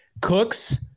Cooks